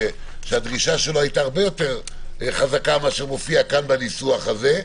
שדרישתו היתה הרבה יותר חזקה משמופיע כאן בניסוח הזה,